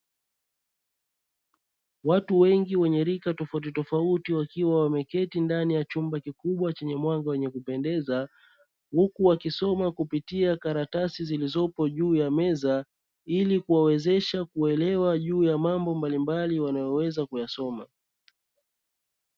Watu wengi wenye rika tofautitofauti wakiwa wameketi ndani ya chumba kikubwa chenye mwanga wenye kupendeza, huku wakisoma kupitia karatasi zilizopo juu ya meza ili kuwawezesha kuelewa juu ya mambo mbalimbali wanayoweza kuyasoma.